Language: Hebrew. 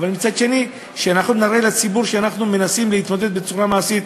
אבל מצד שני שאנחנו נראה לציבור שאנחנו מנסים להתמודד בצורה מעשית,